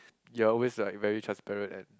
you're always like very transparent and